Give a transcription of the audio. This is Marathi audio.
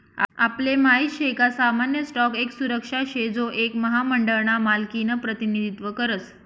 आपले माहित शे का सामान्य स्टॉक एक सुरक्षा शे जो एक महामंडळ ना मालकिनं प्रतिनिधित्व करस